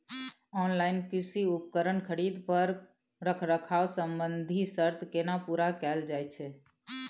Online कृषि उपकरण खरीद पर रखरखाव संबंधी सर्त केना पूरा कैल जायत छै?